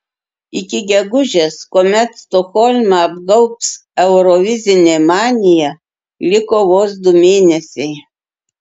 iki gegužės kuomet stokholmą apgaubs eurovizinė manija liko vos du mėnesiai